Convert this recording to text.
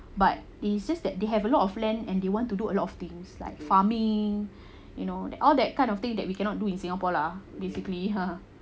but it's just that they have a lot of land and they want to do a lot of things like farming you know that all that kind of thing that we cannot do in singapore lah basically